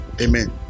Amen